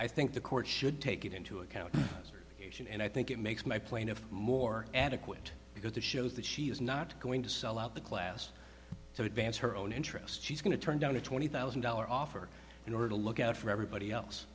i think the court should take it into account and i think it makes my plaintiff more adequate because it shows that she is not going to sell out the class so advance her own interest she's going to turn down a twenty thousand dollar offer in order to look out for everybody else